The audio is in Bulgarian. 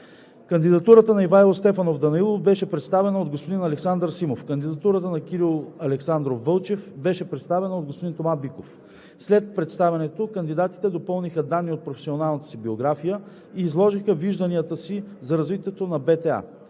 Кандидатурата на Ивайло Стефанов Данаилов беше представена от господин Александър Симов. Кандидатурата на Кирил Александров Вълчев беше представена от господин Тома Биков. След представянето кандидатите допълниха данни от професионалната си биография и изложиха вижданията си за развитието на